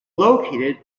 located